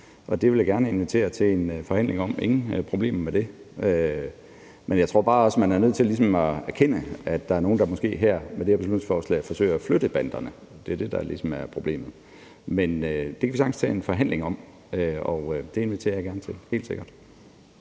Det vil jeg gerne invitere til en forhandling om; der er ingen problemer i det. Jeg tror også bare, man er nødt til ligesom at erkende, at der er nogle, der med det her beslutningsforslag måske forsøger at flytte afgrænsningerne. Det er det, der ligesom er problemet. Men vi kan sagtens tage en forhandling om det, og det inviterer jeg gerne til – helt sikkert.